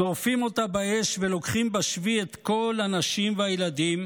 שורפים אותה באש ולוקחים בשבי את כל הנשים והילדים,